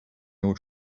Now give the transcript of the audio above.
your